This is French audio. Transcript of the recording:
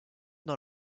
dans